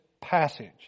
passage